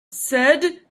said